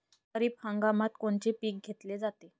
खरिप हंगामात कोनचे पिकं घेतले जाते?